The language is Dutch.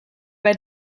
bij